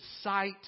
sight